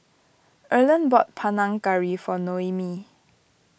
Erland bought Panang Curry for Noemie